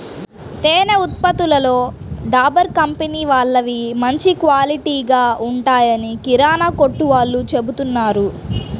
తేనె ఉత్పత్తులలో డాబర్ కంపెనీ వాళ్ళవి మంచి క్వాలిటీగా ఉంటాయని కిరానా కొట్టు వాళ్ళు చెబుతున్నారు